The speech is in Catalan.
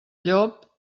llop